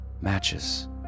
Matches